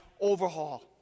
overhaul